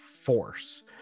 force